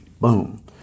boom